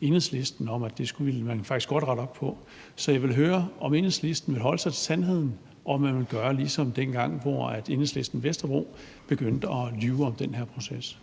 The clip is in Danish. Enhedslisten, fordi man faktisk godt ville rette op på det. Så jeg vil høre, om Enhedslisten vil holde sig til sandheden, eller om man vil gøre ligesom dengang, hvor Enhedslisten Vesterbro begyndte at lyve om den her proces.